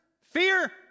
fear